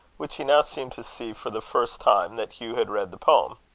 which he now seemed to see for the first time, that hugh had read the poem.